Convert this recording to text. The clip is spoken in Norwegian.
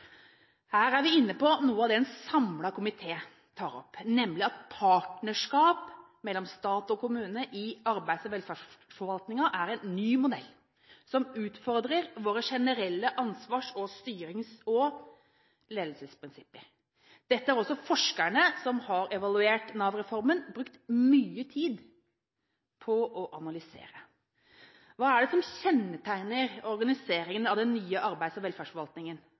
Her er vi inne på noe av det en samlet komité tar opp, nemlig at partnerskap mellom stat og kommune i arbeids- og velferdsforvaltningen er en ny modell, som utfordrer våre generelle ansvars-, styrings- og ledelsesprinsipper. Dette har også forskerne som har evaluert Nav-reformen, brukt mye tid på å analysere. Hva er det som kjennetegner organiseringen av den nye arbeids- og velferdsforvaltningen,